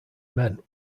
meant